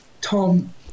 Tom